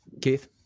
Keith